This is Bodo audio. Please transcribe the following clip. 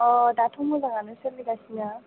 अ दाथ' मोजाङानो सोलिगासिनो